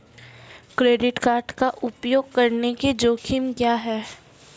Credit card का उपयोग करने के जोखिम क्या हैं?